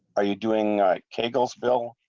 are you doing a chemical spill.